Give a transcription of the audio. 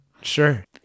Sure